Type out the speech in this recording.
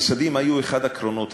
המשרדים היו אחד הקרונות.